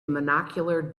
monocular